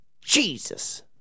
Jesus